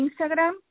Instagram